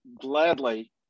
gladly